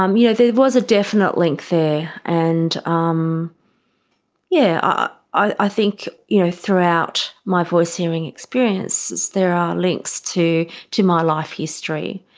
um yeah there was a definite link there. and um yeah i think you know throughout my voice-hearing experiences there are links to to my life history,